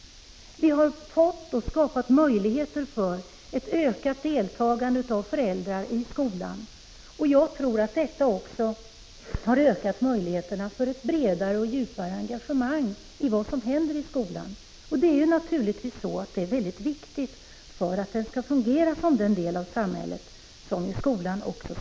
Vi har skapat möjligheter för ett ökat deltagande av föräldrar i skolan. Jag tror att detta också har ökat möjligheterna för ett bredare och djupare engagemang i vad som händer i skolan. Detta är naturligtvis väldigt viktigt för att skolan skall kunna fungera som den del av samhället den skall vara.